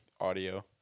audio